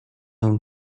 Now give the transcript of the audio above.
own